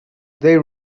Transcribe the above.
they